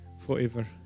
forever